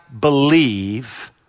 believe